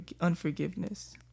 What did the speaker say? unforgiveness